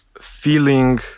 feeling